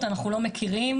אנחנו לא מכירים,